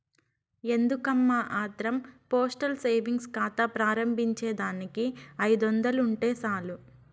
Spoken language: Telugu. ఎందుకమ్మా ఆత్రం పోస్టల్ సేవింగ్స్ కాతా ప్రారంబించేదానికి ఐదొందలుంటే సాలు